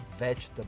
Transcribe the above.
Vegetables